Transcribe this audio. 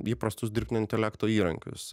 įprastus dirbtinio intelekto įrankius